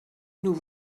nous